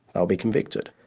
they'll be convicted,